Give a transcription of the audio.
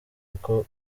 uko